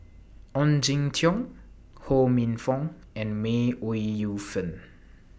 Ong Jin Teong Ho Minfong and May Ooi Yu Fen